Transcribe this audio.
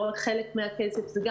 יש כאלה שמחזירות חלק מהכסף זה גם,